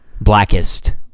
Blackest